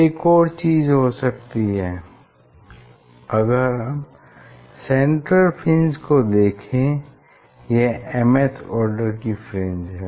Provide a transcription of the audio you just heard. एक और चीज़ हो सकती है अगर हम सेंट्रल फ्रिंज को देखें यह m th आर्डर की फ्रिंज है